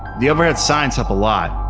the overhead signs up a lot,